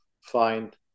find